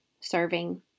serving